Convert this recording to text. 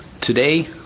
Today